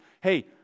hey